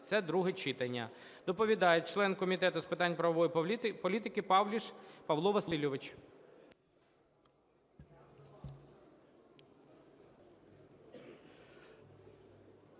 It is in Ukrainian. це друге читання. Доповідає член Комітету з питань правової політики Павліш Павло Васильович.